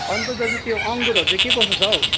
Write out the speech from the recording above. अन्त दाजु त्यो अङ्गुरहरू चाहिँ के कसो छ हौ